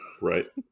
right